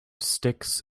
sticks